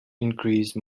increase